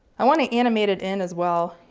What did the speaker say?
i want to animate it in, as well.